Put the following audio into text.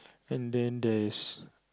and then there's